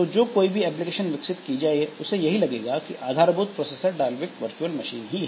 तो जो कोई भी एप्लीकेशन विकसित की जाए उसे यही लगेगा कि आधारभूत प्रोसेसर डाल्विक वर्चुअल मशीन ही है